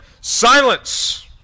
Silence